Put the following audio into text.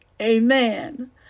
Amen